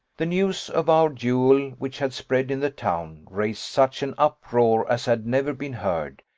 the news of our duel, which had spread in the town, raised such an uproar as had never been heard,